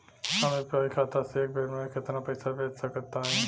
हम यू.पी.आई खाता से एक बेर म केतना पइसा भेज सकऽ तानि?